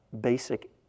basic